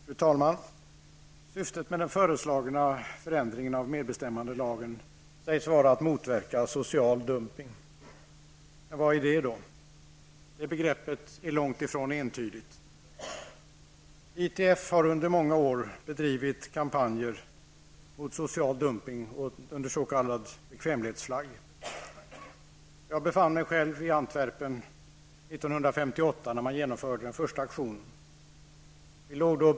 Fru talman! Syftet med den föreslagna förändringen av medbestämmandelagen sägs vara att motverka social dumpning. Men vad är det? Begreppet är långtifrån entydigt. ITF har under många år bedrivit kampanjer mot social dumpning under s.k. bekvämlighetsflagg. Jag befann mig själv i Antwerpen 1958, när den första aktionen genomfördes.